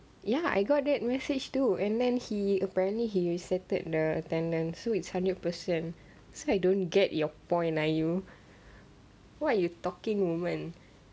ya I got that message too and then he apparently he reseted the attendance so it's hundred percent so I don't get your point ah you what are you talking woman